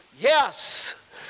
Yes